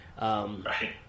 Right